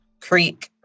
Creek